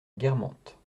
guermantes